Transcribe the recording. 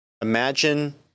Imagine